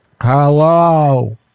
Hello